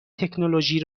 تکنولوژی